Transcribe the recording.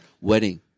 wedding